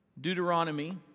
Deuteronomy